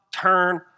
turn